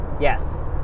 Yes